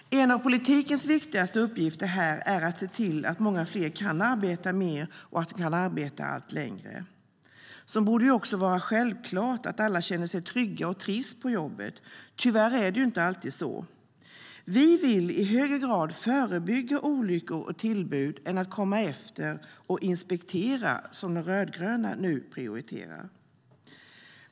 En av politikens viktigaste uppgifter är att se till att många fler kan arbeta mer och allt längre. Det borde vara självklart att alla känner sig trygga och trivs på jobbet. Tyvärr är det inte alltid så. Vi vill i högre grad förebygga olyckor och tillbud än komma efter och inspektera, vilket de rödgröna prioriterar.